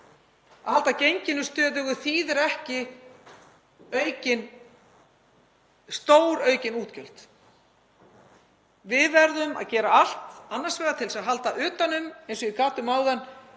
Að halda genginu stöðugu þýðir ekki stóraukin útgjöld. Við verðum að gera allt, annars vegar til þess að halda utan um, eins og ég gat um áðan,